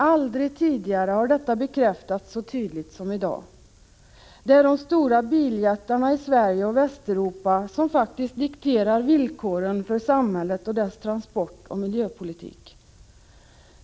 Aldrig tidigare har detta bekräftats så tydligt som i dag. Det är de stora biljättarna i Sverige och Västeuropa som dikterar villkoren för samhället och dess transportoch miljöpolitik.